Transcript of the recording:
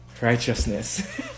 Righteousness